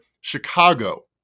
Chicago